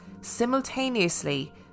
simultaneously